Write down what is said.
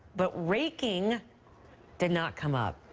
but raking did not come up.